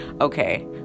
okay